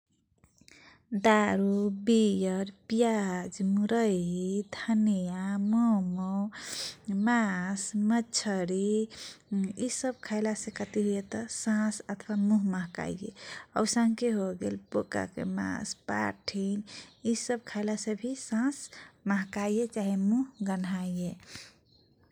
दारू, बियर, पियाज, मुरै, धनीया, मोमो, मास, मछरी, इ सब खैलासे कथी होइए त सास अथवा मुह महकाइए औसनके होगेल बोकाके मास, पाठिन, इ सब खैलिसे भी सास महकाइए चाहे मुह गनाहिए।